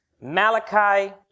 Malachi